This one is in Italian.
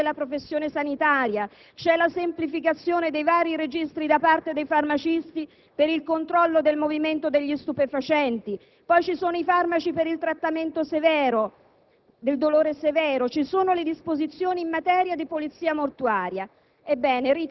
autogrill autostradali; la confisca delle attrezzature utilizzate per l'esercizio abusivo della professione sanitaria; la semplificazione dei vari registri da parte dei farmacisti per il controllo del movimento degli stupefacenti; i farmaci per il trattamento del